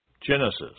Genesis